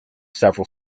several